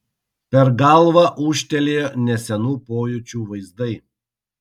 per galvą ūžtelėjo nesenų pojūčių vaizdai